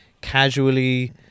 casually